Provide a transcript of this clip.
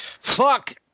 Fuck